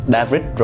David